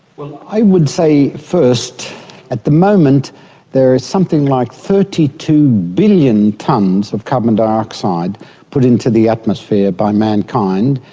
well, i would say first at the moment there is something like thirty two billion tonnes of carbon dioxide put into the atmosphere by mankind,